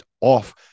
off